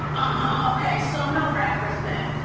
ah okay so no rappers then.